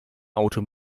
auto